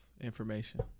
information